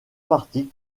partie